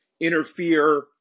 interfere